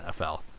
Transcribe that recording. NFL